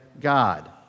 God